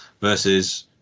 versus